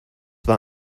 war